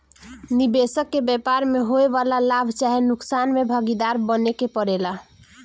निबेसक के व्यापार में होए वाला लाभ चाहे नुकसान में भागीदार बने के परेला